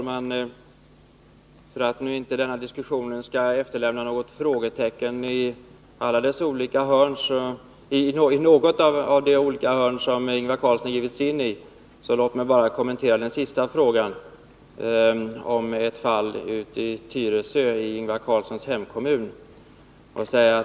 Herr talman! För att denna debatt nu inte skall efterlämna något frågetecken i något av alla de hörn av den som Ingvar Carlsson har givit sig in i, så låt mig bara kommentera den sista frågan, om ett fall i Tyresö, Ingvar Carlssons hemkommun.